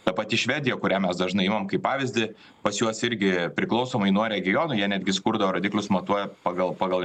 ta pati švedija kurią mes dažnai imam kaip pavyzdį pas juos irgi priklausomai nuo regiono jie netgi skurdo rodiklius matuoja pagal pagal